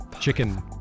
chicken